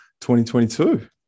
2022